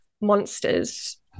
monsters